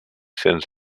cents